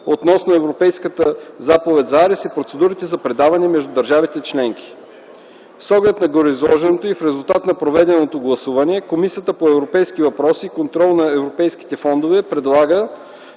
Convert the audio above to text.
относно европейската заповед за арест и процедурите за предаване между държавите членки. С оглед на гореизложеното и в резултат на проведеното гласуване, Комисията по европейските въпроси и контрол на европейските фондове с 16 гласа